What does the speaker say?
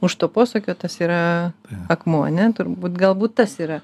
už to posakio tas yra akmuo ane turbūt galbūt tas yra